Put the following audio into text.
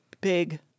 big